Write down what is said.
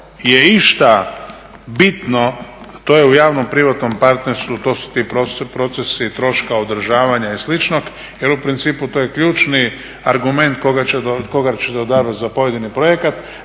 išta bitno to je u javnom privatnom partnerstvu to su ti procesi troška održavanja i slično. Jer u principu to je ključni argument koga ćete odabrati za pojedini projekat.